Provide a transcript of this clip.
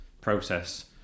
process